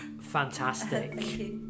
Fantastic